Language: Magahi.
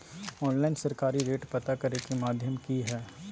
ऑनलाइन सरकारी रेट पता करे के माध्यम की हय?